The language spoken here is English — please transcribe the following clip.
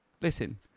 Listen